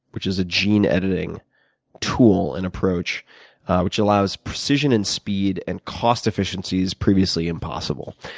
which is a gene-editing tool and approach which allows precision and speed and cost-efficiencies previously impossible.